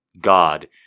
God